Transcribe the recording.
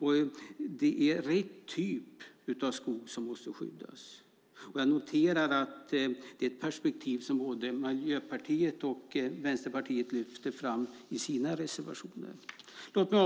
och att det är rätt typ av skog som skyddas. Jag noterar att det är ett perspektiv som både Miljöpartiet och Vänsterpartiet lyfter fram i sina reservationer.